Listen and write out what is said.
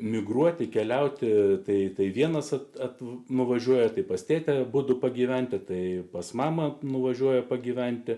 migruoti keliauti tai vienas tetų nuvažiuoja taip pas tėtę abudu pagyventi tai pas mamą nuvažiuoja pagyventi